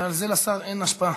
ועל זה לשר אין השפעה,